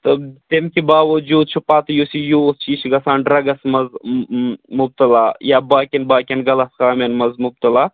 تہٕ تمہِ کہِ باوَجوٗد چھُ پَتہٕ یُس یہِ یوٗتھ چھُ یہِ چھُ گَژھان ڈرٛگَس منٛز مُبتلا یا باقیَن باقیَن غلط کامٮ۪ن منٛز مُبتلا